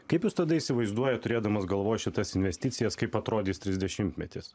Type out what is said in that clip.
kaip jūs tada įsivaizduojat turėdamas galvoj šitas investicijas kaip atrodys trisdešimtmetis